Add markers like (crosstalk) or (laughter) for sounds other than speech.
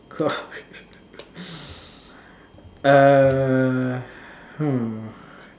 (laughs) err hmm